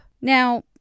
Now